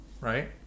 right